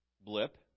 blip